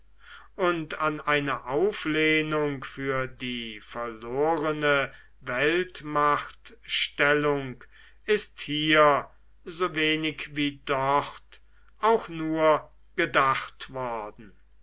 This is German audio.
und an eine auflehnung für die verlorene weltmachtstellung ist hier so wenig wie dort auch nur gedacht worden